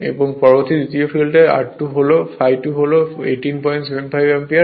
এবং পরবর্তীটি দ্বিতীয় ফিল্ডে ∅2 হল 1875 অ্যাম্পিয়ার